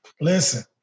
Listen